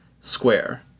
square